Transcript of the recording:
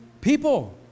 people